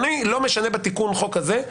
אני לא משנה בתיקון חוק הזה,